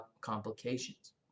complications